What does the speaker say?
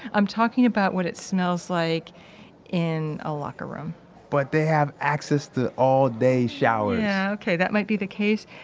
i'm talking about what it smells like in a locker room but they have access to all-day shower yeah, okay, that might be the case,